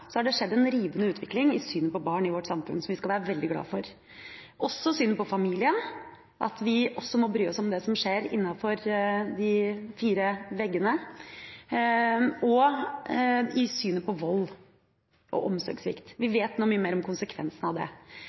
skjedd en rivende utvikling i synet på barn i vårt samfunn, som vi skal være veldig glad for, og i synet på familien, at vi også må bry oss om det som skjer innenfor de fire veggene, og også i synet på vold og omsorgssvikt. Vi vet nå mye mer om konsekvensene av det.